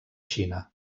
xina